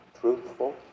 truthful